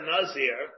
Nazir